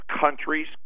countries